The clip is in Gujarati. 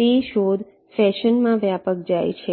તેશોધ ફેશનમાં વ્યાપક જાય છે